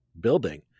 building